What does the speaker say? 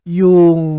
yung